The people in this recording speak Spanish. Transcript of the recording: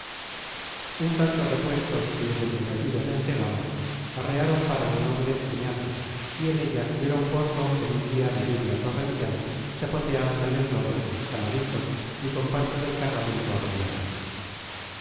un tanto repuestos y desentumecidos en cegama arrearon para la noble oñate y en ella dieron fondo en un día de lluvia torrencial chapoteando en el lodo caladitos y con parte del cargamento averiado